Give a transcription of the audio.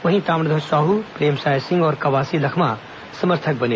वहीं ताम्रध्वज साहू प्रेमसाय सिंह तथा कवासी लखमा समर्थक बने